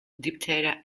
diptera